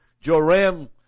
Joram